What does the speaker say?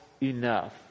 enough